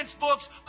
books